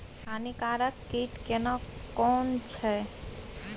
हानिकारक कीट केना कोन छै?